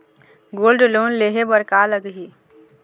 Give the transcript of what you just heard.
Gold loan लेहे बर का लगही?